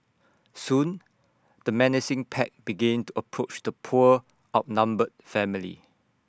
soon the menacing pack begin to approach the poor outnumbered family